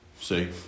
See